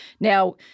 Now